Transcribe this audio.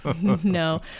No